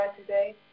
today